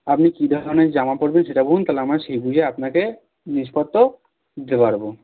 আপনি কী ধরনের জামা পরবেন সেটা বলুন তাহলে আমরা সেই বুঝে আপনাকে জিনিসপত্র দিতে পারবো